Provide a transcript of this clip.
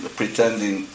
pretending